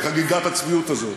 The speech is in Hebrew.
וחגיגת הצביעות הזאת,